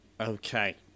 Okay